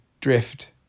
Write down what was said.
Drift